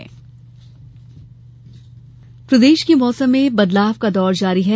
मौसम प्रदेश के मौसम में बदलाव का दौर जारी है